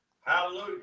Hallelujah